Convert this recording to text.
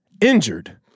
injured